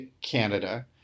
canada